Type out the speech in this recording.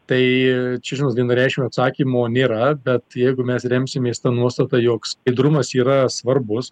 tai čia žinot vienareikšmio atsakymo nėra bet jeigu mes remsimės ta nuostata jog skaidrumas yra svarbus